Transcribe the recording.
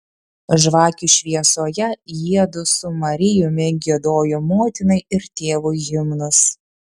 žvakių šviesoje jiedu su marijumi giedojo motinai ir tėvui himnus